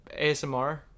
asmr